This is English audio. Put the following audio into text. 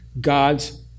God's